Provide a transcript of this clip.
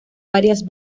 varias